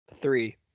Three